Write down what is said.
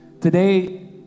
Today